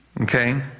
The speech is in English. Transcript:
Okay